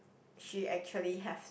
she actually have